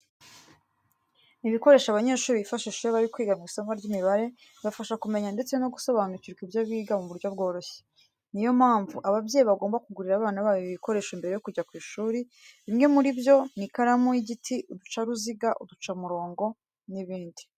Ibikoresho abanyeshuri bifashisha iyo bari kwiga isomo ry'imibare bibafasha kumenya ndetse no gusobanukirwa ibyo biga mu buryo bworoshye. Ni yo mpamvu, ababyeyi bagomba kugurira abana babo ibi bikoresho mbere yo kujya ku ishuri. Bimwe muri byo ni ikaramu y'igiti, uducaruziga, uducamurongo n'ibindi.